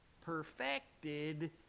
perfected